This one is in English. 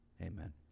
amen